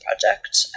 project